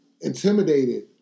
intimidated